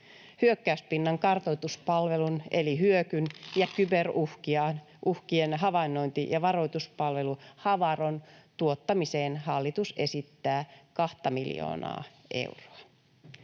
Hyökkäyspinnan kartoituspalvelun eli Hyökyn ja kyberuhkien havainnointi- ja varoituspalvelu Havaron tuottamiseen hallitus esittää 2:ta miljoonaa euroa.